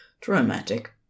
Dramatic